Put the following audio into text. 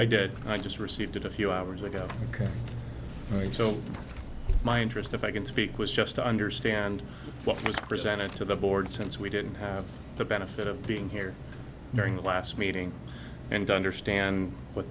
guess i just received it a few hours ago ok so my interest if i can speak was just to understand what was presented to the board since we didn't have the benefit of being here during the last meeting and to understand what